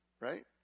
Right